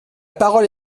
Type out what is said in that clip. parole